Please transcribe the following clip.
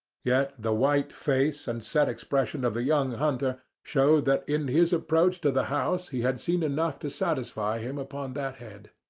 yet the white face and set expression of the young hunter showed that in his approach to the house he had seen enough to satisfy him upon that head.